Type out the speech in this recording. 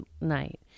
night